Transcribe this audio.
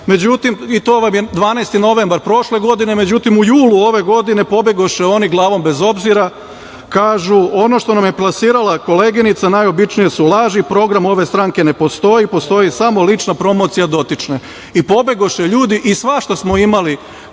godina". To je 12. novembar prošle godine.Međutim, u julu ove godine pobegoše oni glavom bez obzira. Kažu: "Ono što nam je plasirala koleginica su najobičnije laži. Program ove stranke ne postoji. Postoji samo lična promocija dotične". I pobegoše ljudi. Svašta smo imali